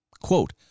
Quote